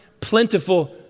plentiful